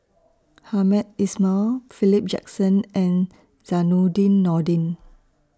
Hamed Ismail Philip Jackson and Zainudin Nordin